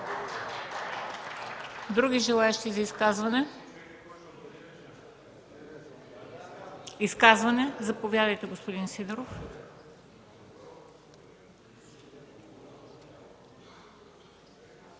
Други желаещи за изказване? Заповядайте, господин Сидеров.